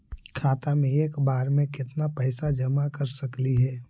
खाता मे एक बार मे केत्ना पैसा जमा कर सकली हे?